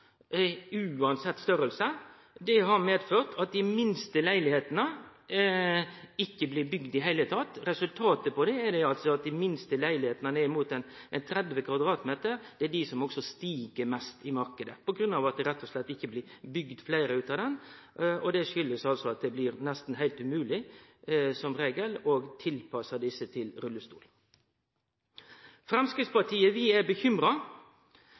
uansett storleik på bustaden. Det har medført at dei minste leilegheitene ikkje blir bygde i det heile. Resultatet er at dei minste leilegheitene, ned mot 30 m2, stig mest i marknaden – på grunn av at det rett og slett ikkje blir bygd fleire av dei. Det kjem av at det blir nesten heilt umogleg å tilpasse desse til rullestol. Framstegspartiet er bekymra